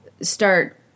start